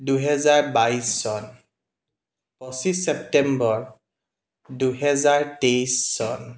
দুহেজাৰ বাইছ চন পঁচিছ ছেপ্টেম্বৰ দুহেজাৰ তেইছ চন